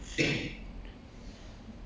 but anyway I don't drink beer so